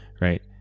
right